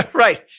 ah right,